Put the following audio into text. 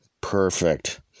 perfect